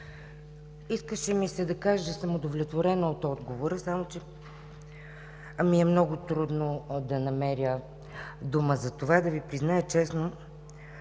Искаше ми се да кажа, че съм удовлетворена от отговора, само че ми е много трудно да намеря дума за това. Да Ви призная честно,